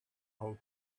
how